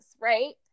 right